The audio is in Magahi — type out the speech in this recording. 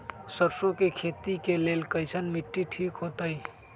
सरसों के खेती के लेल कईसन मिट्टी ठीक हो ताई?